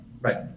right